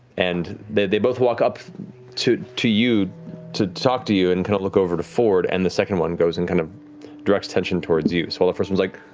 and they they both walk up to to you to talk to you and kind of look over to fjord, and the second one goes and kind of directs attention towards you. so the first one's like,